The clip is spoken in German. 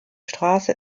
straße